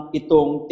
itong